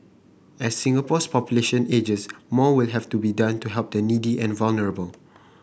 as Singapore's population ages more will have to be done to help the needy and vulnerable